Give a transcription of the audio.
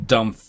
Dumb